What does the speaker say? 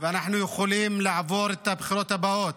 ואנחנו יכולים לעבור את הבחירות הבאות